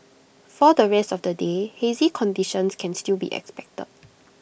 for the rest of the day hazy conditions can still be expected